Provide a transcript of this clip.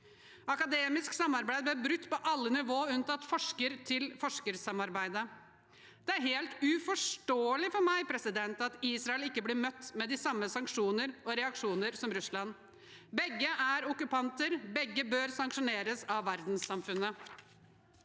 Akademisk samarbeid ble brutt på alle nivåer unntatt forsker-til-forskersamarbeidet. Det er helt uforståelig for meg at Israel ikke blir møtt med de samme sanksjonene og reaksjonene som Russland. Begge er okkupanter. Begge bør sanksjoneres av verdenssamfunnet.